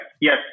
Yes